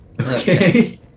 Okay